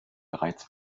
bereits